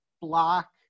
block